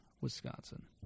Wisconsin